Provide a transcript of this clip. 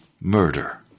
Murder